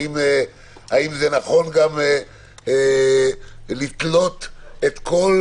האם זה נכון לתלות את כל